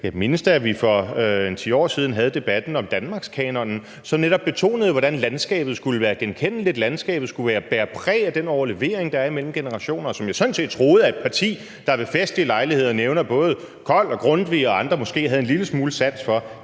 Jeg mindes da, at vi for ca. 10 år siden havde debatten om Danmarkskanonen, som betonede, hvordan landskabet skulle være genkendeligt, at landskabet skulle bære præg af den overlevering, der er mellem generationer, hvilket jeg sådan set troede, at et parti, der ved festlige lejligheder nævner både Kold, Grundtvig og andre, måske havde en lille smule sans for.